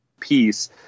piece